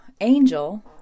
Angel